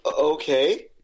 Okay